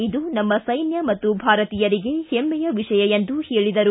ಇದು ನಮ್ಮ ಸೈನ್ಯ ಮತ್ತು ಭಾರತೀಯರಿಗೆ ಹೆಮ್ಮೆಯ ವಿಷಯ ಎಂದರು